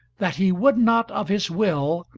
that he would not, of his will,